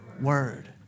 word